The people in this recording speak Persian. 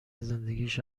زندگیش